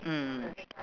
mm